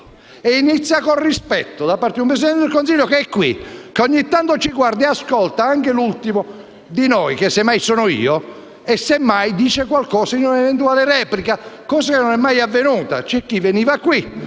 inizia con il rispetto da parte di un Presidente del Consiglio, che è qui, che ogni tanto ci guarda e ascolta anche l'ultimo di noi, che semmai sono io, e che, semmai, dice qualcosa in una eventuale replica. Questo non è mai avvenuto: c'è chi veniva qui,